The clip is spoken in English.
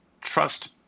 trust